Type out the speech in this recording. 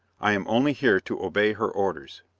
i am only here to obey her orders.